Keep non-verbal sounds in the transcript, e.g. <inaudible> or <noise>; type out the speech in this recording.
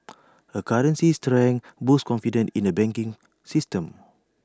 <noise> A currency's strength boosts confidence in the banking system